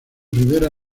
ribera